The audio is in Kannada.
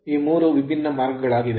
ಈ 3 ವಿಭಿನ್ನ ಮಾರ್ಗಗಳಾಗಿವೆ